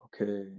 Okay